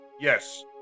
Yes